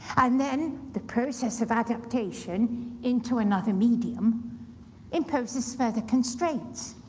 and then the process of adaptation into another medium imposes further constraints.